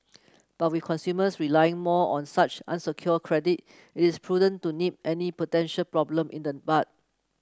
but with consumers relying more on such unsecured credit it is prudent to nip any potential problem in the bud